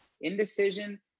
Indecision